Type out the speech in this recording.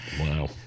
Wow